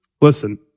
Listen